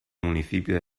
municipio